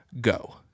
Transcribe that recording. Go